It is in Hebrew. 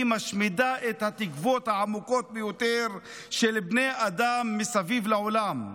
משמידה את התקוות העמוקות ביותר של בני אדם מסביב לעולם.